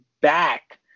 back